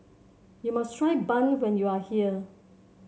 you must try bun when you are here